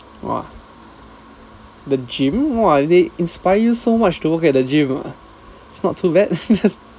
!wah! the gym !wah! they inspire so much to work at a gym ah it's not too bad